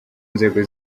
nzego